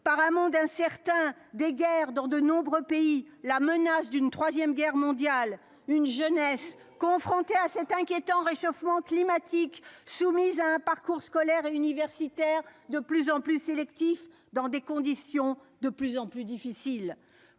par un monde incertain des guerres dans de nombreux pays la menace d'une 3ème guerre mondiale une jeunesse confrontée à cet inquiétant réchauffement climatique soumis à un parcours scolaire et universitaire de plus en plus sélectifs dans des conditions de plus en plus difficile.